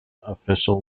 official